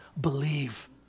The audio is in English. believe